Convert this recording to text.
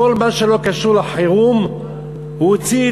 כל מה שלא קשור לחירום הוא הוציא.